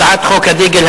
הצעת חוק הדגל,